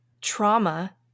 trauma